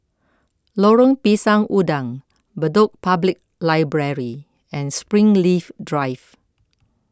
Lorong Pisang Udang Bedok Public Library and Springleaf Drive